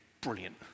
brilliant